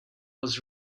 was